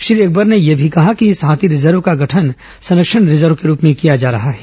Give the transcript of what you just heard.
श्री अकबर ने यह भी कहा कि इस हाथी रिजर्व का गठन संरक्षण रिजर्व के रूप में किया जा रहा है